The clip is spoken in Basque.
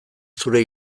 zure